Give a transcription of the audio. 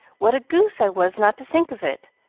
what a goose i was not to think of it.